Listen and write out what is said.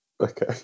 Okay